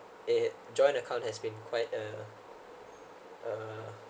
a joint account has been quite uh a